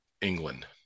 England